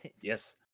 Yes